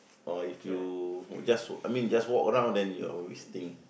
or if you just I mean just walk around then you always think